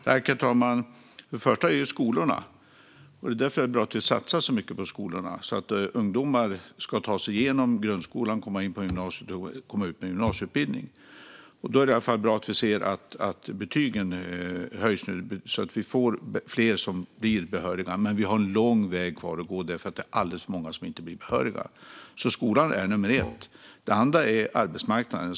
Herr talman! Först och främst är det fråga om skolorna. Det är därför det är bra att vi satsar så mycket på skolorna så att ungdomar ska ta sig igenom grundskolan, komma in på gymnasiet och komma ut med en gymnasieutbildning. Då är det bra att se att betygen höjs, det vill säga att fler blir behöriga. Men vi har en lång väg kvar att gå eftersom det är alldeles för många som inte blir behöriga. Skolan är nummer ett. Det andra är arbetsmarknaden.